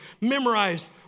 memorized